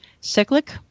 cyclic